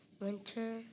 Winter